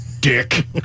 dick